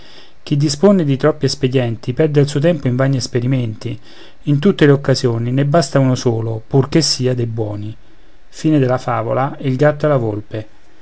chi dispone di troppi espedienti perde il suo tempo in vani esperimenti in tutte le occasioni ne basta un solo pur che sia de buoni l